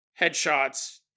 headshots